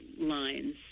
lines